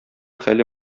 хәле